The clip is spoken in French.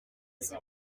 sais